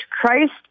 Christ